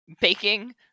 baking